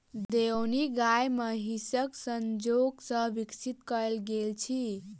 देओनी गाय महीसक संजोग सॅ विकसित कयल गेल अछि